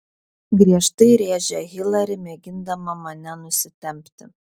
griežtai rėžia hilari mėgindama mane nusitempti